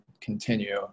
continue